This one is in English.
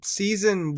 season